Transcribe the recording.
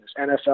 NFL